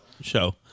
show